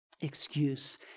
excuse